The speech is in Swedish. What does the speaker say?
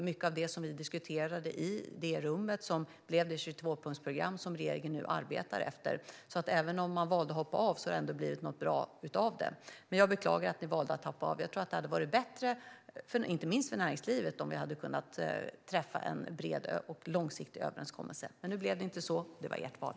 Mycket av det som vi diskuterade i det rummet togs med i det 22-punktsprogram som regeringen nu arbetar efter. Även om ni valde att hoppa av har det alltså ändå blivit något bra av det. Men jag beklagar att ni valde att hoppa av. Jag tror att det hade varit bättre, inte minst för näringslivet, om vi hade kunnat träffa en bred och långsiktig överenskommelse. Nu blev det inte så. Det var ert val.